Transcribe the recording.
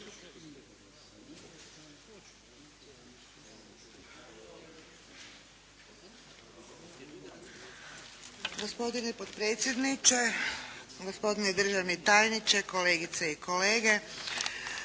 Gospodine potpredsjedniče, gospodine državni tajniče, kolegice i kolege.